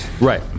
Right